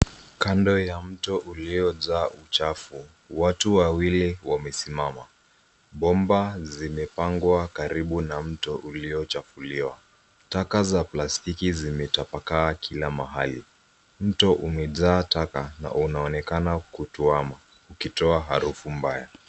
Kando ya mto uliojaa uchafu ,watu wawili wamesimama. Bomba zilipangwa karibu na mto uliochafuliwa .Taka za plastiki zimetapakaa kila mahali. Mto umejaa taka na unaonekana kutwama ukitoa harufu mbaya.